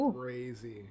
crazy